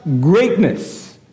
greatness